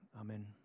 Amen